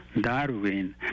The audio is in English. Darwin